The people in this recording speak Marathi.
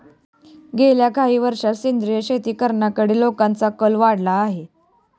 गेल्या काही वर्षांत सेंद्रिय शेती करण्याकडे लोकांचा कल वाढला आहे